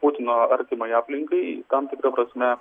putino artimai aplinkai tam tikra prasme